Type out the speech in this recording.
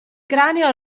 cranio